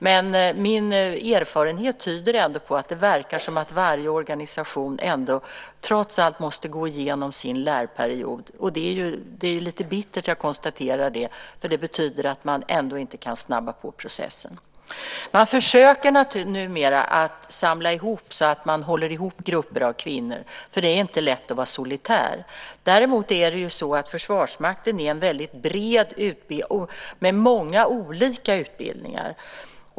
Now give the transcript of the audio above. Men min erfarenhet tyder ändå på att det verkar som om varje organisation måste gå igenom sin lärperiod. Det är lite bittert, jag konstaterar det, för det betyder att man ändå inte kan snabba på processen. Man försöker numera samla ihop och hålla ihop grupper av kvinnor, för det är inte lätt att vara solitär. Däremot är det ju så att Försvarsmakten är väldigt bred och har många olika utbildningar.